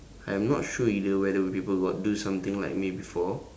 I am not sure either whether people got do something like me before